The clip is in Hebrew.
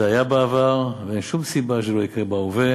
זה היה בעבר ואין שום סיבה שלא יקרה בהווה.